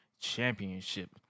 Championship